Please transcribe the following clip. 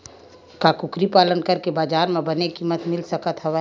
का कुकरी पालन करके बजार म बने किमत मिल सकत हवय?